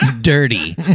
Dirty